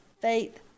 Faith